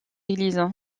église